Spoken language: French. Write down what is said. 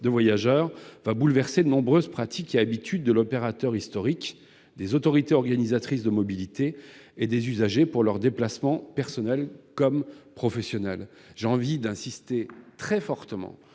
de voyageurs va bouleverser de nombreuses pratiques et habitudes de l'opérateur historique, des autorités organisatrices de la mobilité et des usagers pour leurs déplacements personnels comme professionnels. Au lendemain de la promulgation